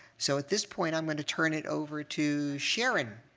so at this point, i'm going to turn it over to sharon,